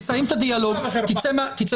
חבר הכנסת יברקן, תסיים את הדיאלוג ותצא מהחדר.